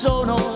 Sono